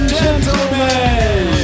gentlemen